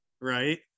Right